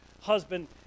husband